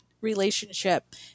relationship